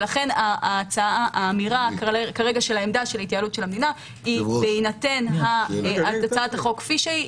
לכן האמירה של העמדה של התייעלות המדינה היא בהינתן הצעת החוק כפי שהיא,